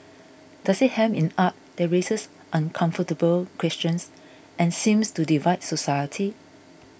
does it hem in art that raises uncomfortable questions and seems to divide society